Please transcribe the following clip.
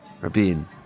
Rabin